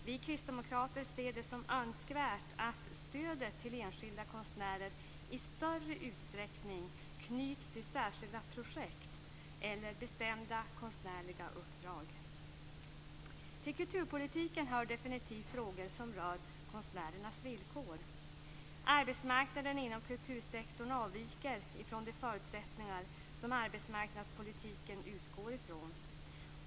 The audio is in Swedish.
Vi kristdemokrater ser det som önskvärt att stödet till enskilda konstnärer i större utsträckning knyts till särskilda projekt eller bestämda konstnärliga uppdrag. Till kulturpolitiken hör definitivt frågor som rör konstnärernas villkor. Arbetsmarknaden inom kultursektorn avviker från de förutsättningar som arbetsmarknadspolitiken utgår från.